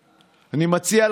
היושב-ראש,